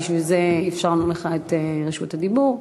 בשביל זה אפשרנו לך את רשות הדיבור,